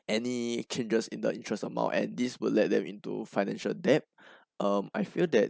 any changes in the interest amount and this would led them into financial debt uh I feel that